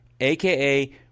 aka